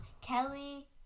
Kelly